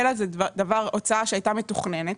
אלא זאת הוצאה שהייתה מתוכננת.